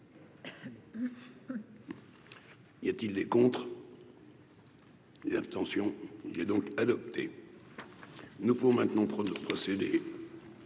Y a-t-il des contre. Les abstentions, il y a donc adopté, nous pouvons maintenant de procéder